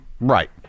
Right